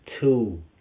two